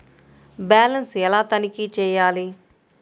Balance ఎలా తనిఖీ చేయాలి?